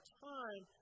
time